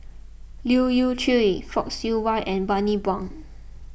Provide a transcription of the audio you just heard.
Leu Yew Chye Fock Siew Wah and Bani Buang